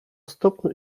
stopniu